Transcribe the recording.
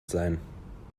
sein